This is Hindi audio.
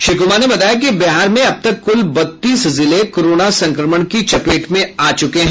श्री कुमार ने बताया कि बिहार में अबतक कुल बत्तीस जिले कोरोना संक्रमण की चपेट में आ चुके हैं